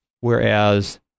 whereas